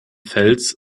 fels